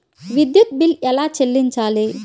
విద్యుత్ బిల్ ఎలా చెల్లించాలి?